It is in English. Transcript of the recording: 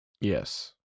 Yes